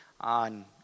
on